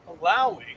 allowing